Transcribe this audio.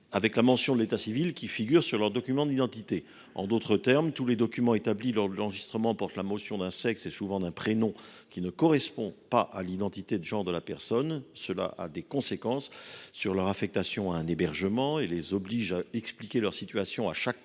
avec la mention de l’état civil figurant sur leur document d’identité. En d’autres termes, tous les documents établis lors de l’enregistrement portent la mention d’un sexe et, souvent, d’un prénom qui ne correspondent pas à l’identité de genre de la personne. Cela a des conséquences sur leur affectation en hébergement et les oblige à expliquer leur situation à chaque contact